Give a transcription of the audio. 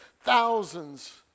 thousands